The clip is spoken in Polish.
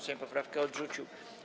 Sejm poprawkę odrzucił.